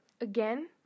again